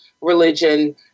religion